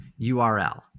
url